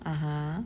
(uh huh)